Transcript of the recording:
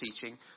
teaching